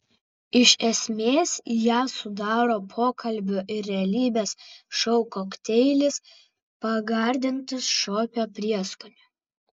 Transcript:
iš esmės ją sudaro pokalbių ir realybės šou kokteilis pagardintas šokio prieskoniu